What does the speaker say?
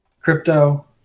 crypto